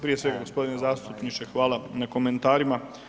prije svega gospodine zastupniče hvala na komentarima.